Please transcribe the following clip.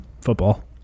football